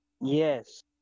Yes